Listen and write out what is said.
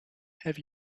have